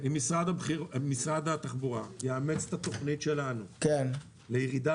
אם משרד התחבורה יאמץ את התוכנית שלנו לירידה